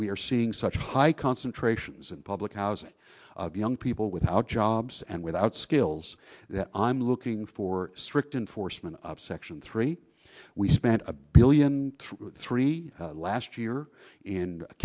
we're seeing such high concentrations in public housing of young people without jobs and without skills that i'm looking for strict enforcement of section three we spent a billion through three last year